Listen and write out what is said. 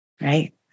right